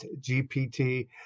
GPT